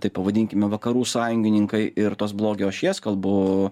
taip pavadinkime vakarų sąjungininkai ir tos blogio ašies kalbu